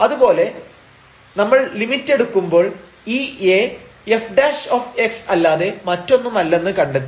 അതുപോലെ നമ്മൾ ലിമിറ്റ് എടുക്കുമ്പോൾ ഈ A f അല്ലാതെ മറ്റൊന്നുമല്ലെന്ന് കണ്ടെത്തി